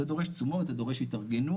זה דורש תשומות, זה דורש התארגנות